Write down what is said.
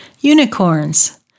Unicorns